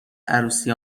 عروسی